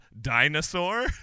dinosaur